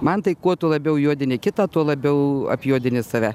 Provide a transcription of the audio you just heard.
man tai kuo tu labiau juodini kitą tuo labiau apjuodini save